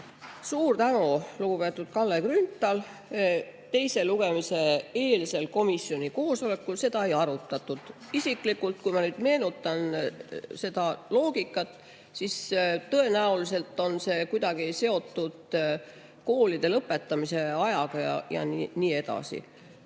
Suur tänu, lugupeetud Kalle Grünthal! Teise lugemise eelsel komisjoni koosolekul seda ei arutatud. Isiklikult, kui ma meenutan seda loogikat, arvan, et tõenäoliselt on see kuidagi seotud koolide lõpetamise ajaga ja nii edasi.